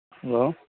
hello